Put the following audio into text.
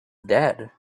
dead